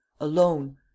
alone